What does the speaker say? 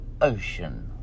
Ocean